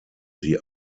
sie